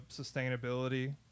sustainability